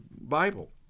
Bible